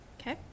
Okay